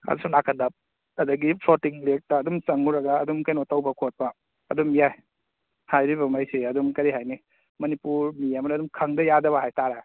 ꯑꯁꯣꯝꯅꯥꯀꯟꯗ ꯑꯗꯒꯤ ꯐ꯭ꯂꯣꯇꯤꯡ ꯂꯦꯛꯇ ꯑꯗꯨꯝ ꯆꯪꯉꯨꯔꯒ ꯑꯗꯨꯝ ꯀꯩꯅꯣ ꯇꯧꯕ ꯈꯣꯠꯄ ꯑꯗꯨꯝ ꯌꯥꯏ ꯍꯥꯏꯔꯤꯕ ꯉꯩꯁꯤ ꯑꯗꯨꯝ ꯀꯔꯤ ꯍꯥꯏꯅꯤ ꯃꯅꯤꯄꯨꯔ ꯃꯤ ꯑꯃꯅ ꯑꯗꯨꯝ ꯈꯪꯗꯕ ꯌꯥꯗꯕ ꯍꯥꯏꯇꯥꯔꯦ